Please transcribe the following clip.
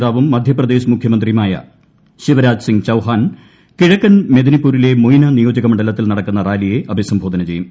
നേതാവും മധ്യപ്രദേശ് മുഖ്യമന്ത്രിയുമായ ശിവരാജ് മുതിർന്ന സിങ് ചൌഹാൻ കിഴക്കൻ മെദിനിപൂരിലെ മൊയ്ന നിയോജക മണ്ഡലത്തിൽ നടക്കുന്ന റാലിയെ അഭിസംബോധന ചെയ്യും